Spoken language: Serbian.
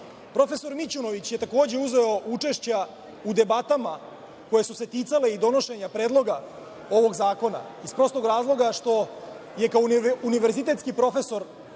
zaposli. Profesor Mićunović je takođe uzeo učešće u debatama koje su se ticale i donošenja predloga ovog zakona, iz prostog razloga što je kao univerzitetski profesor